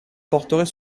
porterait